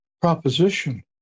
proposition